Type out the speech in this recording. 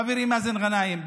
חברי מאזן גנאים,